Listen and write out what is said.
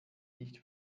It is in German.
nicht